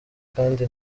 kandi